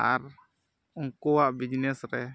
ᱟᱨ ᱩᱱᱠᱩᱣᱟᱜ ᱵᱤᱡᱽᱱᱮᱥ ᱨᱮ